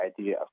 idea